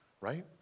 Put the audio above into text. right